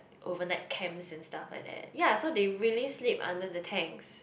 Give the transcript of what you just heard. overnight camps and stuff like that ya so they really sleep under the tanks